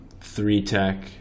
three-tech